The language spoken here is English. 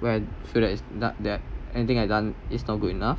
what I feel that is not that anything I done is not good enough